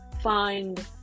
find